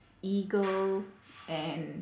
eagle and